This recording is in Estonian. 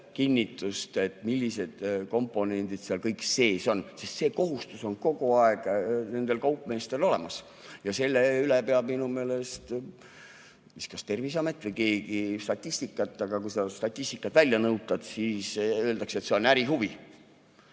millised komponendid seal sees on. Kohustus [kontrollida] on kogu aeg nendel kaupmeestel olemas ja selle üle peab minu meelest siis kas Terviseamet või keegi statistikat, aga kui seda statistikat välja nõutad, siis öeldakse, et see on ärihuvi.